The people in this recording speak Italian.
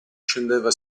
scendeva